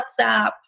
WhatsApp